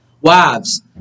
Wives